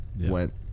went